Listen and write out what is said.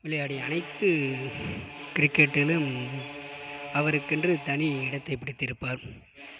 விளையாடிய அனைத்து கிரிக்கெட்டிலும் அவருக்கென்று தனி இடத்தைப்பிடித்திருப்பார்